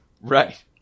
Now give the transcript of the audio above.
Right